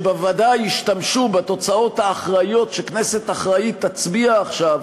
שבוודאי ישתמשו בתוצאות האחראיות שכנסת אחראית תצביע עכשיו